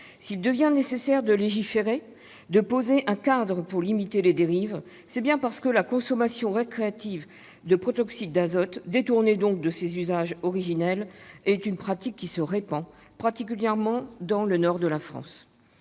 S'il devient nécessaire de légiférer, de poser un cadre pour limiter les dérives, c'est bien parce que la consommation récréative de protoxyde d'azote, détournée donc de ses usages originels, est une pratique qui se répand, particulièrement dans le Nord de la France.